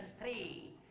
three